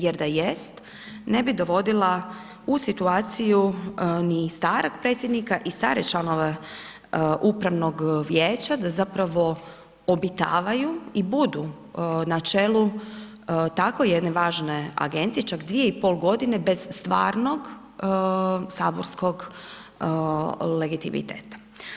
Jer da jest ne bi dovodila u situaciju ni starog predsjednika i stare članove upravnog vijeća da zapravo obitavaju i budu na čelu tako jedne važne agencije čak 2,5 godine bez stvarnog saborskog legitimiteta.